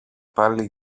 πάλι